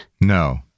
No